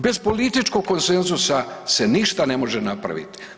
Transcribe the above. Bez političkog konsenzusa se ništa ne može napraviti.